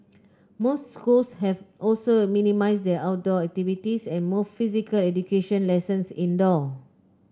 most schools have also minimised their outdoor activities and moved physical education lessons indoor